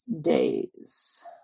days